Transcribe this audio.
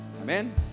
Amen